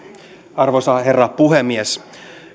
arvoisa herra puhemies